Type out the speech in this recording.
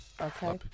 Okay